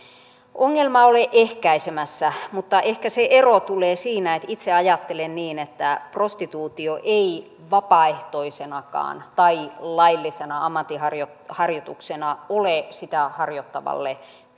ole ehkäisemässä mutta ehkä se ero tulee siinä että itse ajattelen että prostituutio ei vapaaehtoisenakaan tai laillisena ammatinharjoituksena ole sitä harjoittavalle